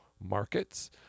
markets